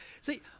See